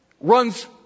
runs